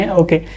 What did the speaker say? okay